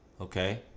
Okay